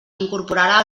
incorporà